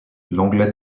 l’anglais